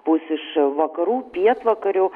pūs iš vakarų pietvakarių